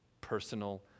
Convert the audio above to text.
personal